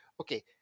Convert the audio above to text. Okay